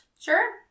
Sure